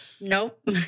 Nope